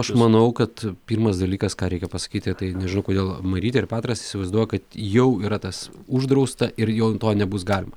aš manau kad pirmas dalykas ką reikia pasakyti tai nežinau kodėl marytė ir petras įsivaizduoja kad jau yra tas uždrausta ir jau to nebus galima